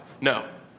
No